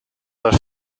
los